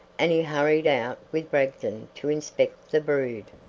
and he hurried out with bragdon to inspect the brood.